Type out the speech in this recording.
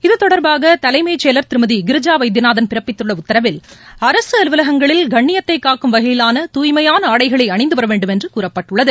இது தொடர்பாக தலைமைச் செயலர் திருமதி கிரிஜா வைத்தியநாதன் பிறப்பித்துள்ள உத்தரவில் அரசு அலுவலகங்களில் கண்ணியத்தை காக்கும் வகையிலான தூய்மையான ஆனடகளை அணிந்து வர வேண்டும் என்று கூறப்பட்டுள்ளது